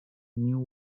new